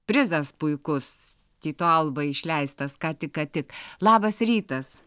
prizas puikus tyto alba išleistas ką tik ką tik labas rytas